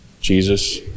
Jesus